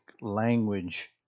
language